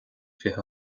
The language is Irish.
fiche